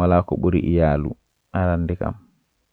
yiɗi ko aɗa waawi jokkude.